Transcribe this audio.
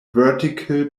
vertical